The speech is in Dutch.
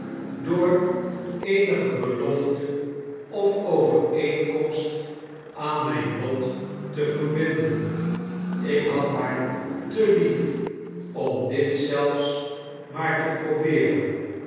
door eenige befofte of overeenkomst aan mijn tot te vetpbinden ik had haar te lief om dit zelfs maar te probeeren